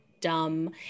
dumb